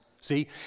See